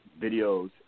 videos